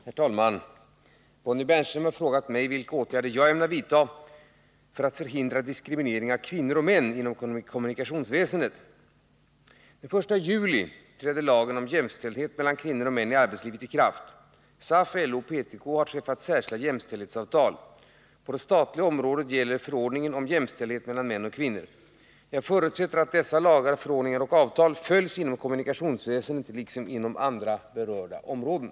Herr talman! Bonnie Bernström har frågat mig vilka åtgärder jag ämnar vidta för att förhindra diskriminering av kvinnor och män inom kommunikationsväsendet. Den 1 juli träder lagen om jämställdhet mellan kvinnor och män i arbetslivet i kraft. SAF, LO och PTK har träffat särskilda jämställdhetsavtal. På det statliga området gäller förordningen om jämställdhet mellan män och kvinnor. Jag förutsätter att dessa lagar, förordningar och avtal följs inom kommunikationsväsendet liksom inom andra berörda områden.